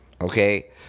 okay